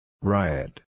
Riot